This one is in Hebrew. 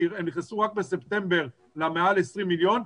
הם נכנסו רק בספטמבר למעל 20 מיליון.